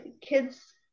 kids